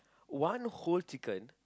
one whole chicken